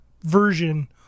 version